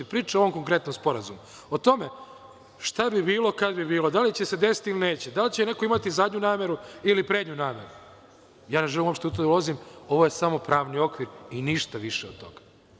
Priča o ovom konkretnom sporazumu, o tome šta bi bilo kad bi bilo, da li će se desiti ili neće, da li će neko imati zadnju nameru ili prednju nameru, ne želim u to da ulazim, ovo je samo pravni okvir i ništa više od toga.